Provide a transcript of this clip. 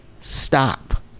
stop